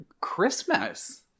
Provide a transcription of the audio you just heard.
Christmas